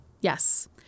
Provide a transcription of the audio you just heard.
Yes